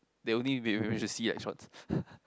they only to see electrons